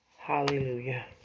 Hallelujah